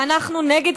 ואנחנו נגד,